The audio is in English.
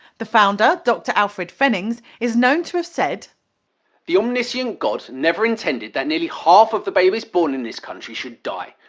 the founder, dr alfred fennings, is known to have said the omniscient god never intended that nearly half of the babies born in this country should die,